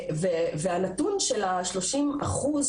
והנתון של ה-30 אחוז,